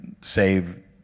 save